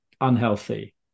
unhealthy